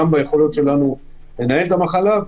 גם ביכולות שלנו לנהל את המחלה,